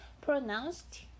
pronounced